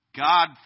God